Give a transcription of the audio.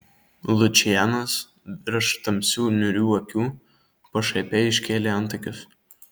lučianas virš tamsių niūrių akių pašaipiai iškėlė antakius